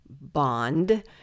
bond